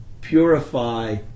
purify